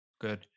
Good